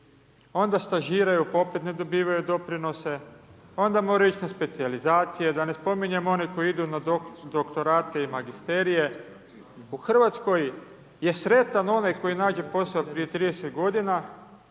onda stažiraju pa opet ne dobivaju doprinose, onda moraju ići na specijalizacije, da ne spominjem one koji idu na doktorate i magisterije. U Hrvatskoj je sretan onaj koji nađe posao prije 30 godina